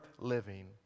living